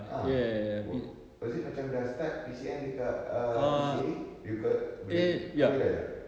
ah wa~ was it macam dah start P_C_N dekat uh east area becau~ boleh kau realize tak